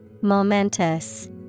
Momentous